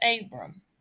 Abram